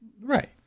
right